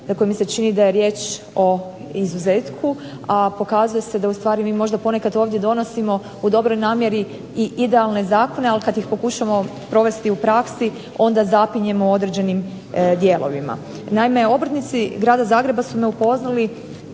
koji mi se čini da je riječ o izuzetku, a pokazuje se da ustvari mi možda ponekad ovdje donosimo u dobroj namjeri i idealne zakone, ali kad ih pokušamo provesti u praksi, onda zapinjemo u određenim dijelovima. Naime obrtnici grada Zagreba su me upoznali